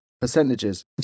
Percentages